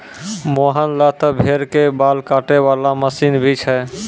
मोहन लॅ त भेड़ के बाल काटै वाला मशीन भी छै